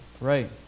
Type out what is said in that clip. Right